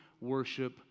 worship